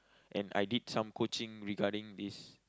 and I did some coaching regarding this